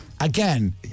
Again